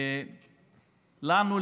לנו,